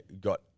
got